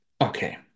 okay